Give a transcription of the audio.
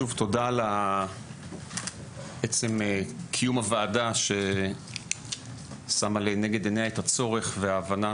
שוב תודה על עצם קיום הוועדה ששמה לנגד עיניה את הצורך וההבנה